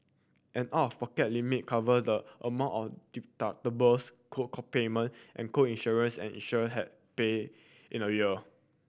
an out of pocket limit cover the amount of deductibles co payment and co insurance an insured have pay in a year